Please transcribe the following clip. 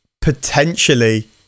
potentially